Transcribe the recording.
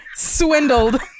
Swindled